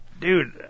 dude